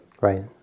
Right